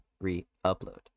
re-upload